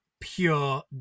pure